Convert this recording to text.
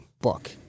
book